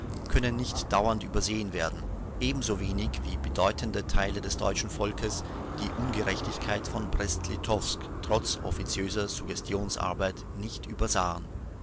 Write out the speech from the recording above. können nicht dauernd übersehen werden ebenso wenig wie bedeutende teile des deutschen volkes die ungerechtigkeit von brest-litowsk trotz offiziöser suggestionsarbeit nicht übersahen